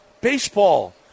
Baseball